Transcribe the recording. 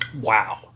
wow